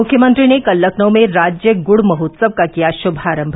मुख्यमंत्री ने कल लखनऊ में राज्य गुड़ महोत्सव का किया शुभारम्भ